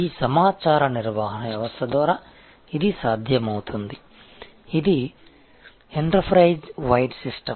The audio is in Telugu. ఈ సమాచార నిర్వహణ వ్యవస్థ ద్వారా ఇది సాధ్యమవుతుంది ఇది ఎంటర్ప్రైజ్ వైడ్ సిస్టమ్